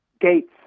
gates